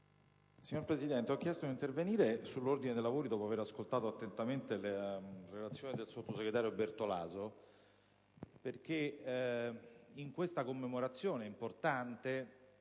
Signor Presidente, ho chiesto di intervenire sull'ordine dei lavori, dopo aver ascoltato attentamente la relazione del sottosegretario Bertolaso, in quanto in questa commemorazione importante